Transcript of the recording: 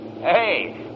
Hey